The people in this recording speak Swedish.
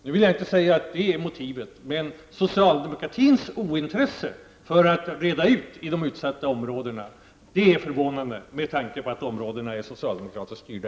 Jag vill inte påstå att detta är orsaken till de höga arbetslöshetstalen, men socialdemokraternas ointresse av att reda upp i de utsatta områdena är förvånande. Kommunerna i dessa områden är faktiskt socialdemokratiskt styrda.